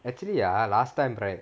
actually ya last time right